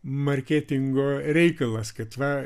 marketingo reikalas kad va